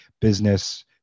business